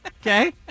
Okay